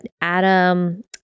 Adam